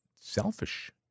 selfish